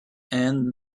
and